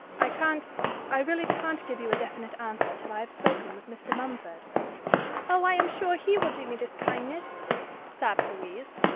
i can't i really can't give you a definite answer till i have spoken with mr. mumford oh! i am sure he will do me this kindness sobbed louise.